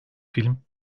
film